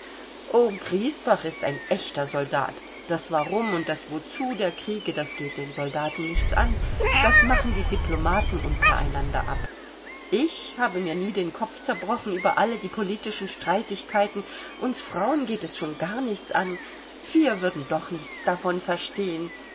o griesbach ist ein echter soldat das warum und das wozu der kriege das geht den soldaten nichts an das machen die diplomaten untereinander ab ich habe mir nie den kopf zerbrochen über alle die politischen streitigkeiten uns frauen geht es schon gar nichts an wir würden doch nichts davon verstehen